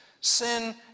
Sin